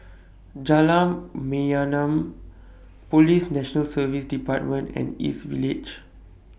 Jalan Mayaanam Police National Service department and East Village